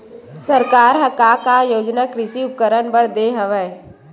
सरकार ह का का योजना कृषि उपकरण बर दे हवय?